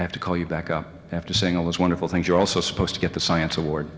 i have to call you back up after saying all those wonderful things you're also supposed to get the science award